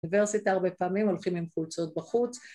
‫אוניברסיטה הרבה פעמים ‫הולכים עם חולצות בחוץ.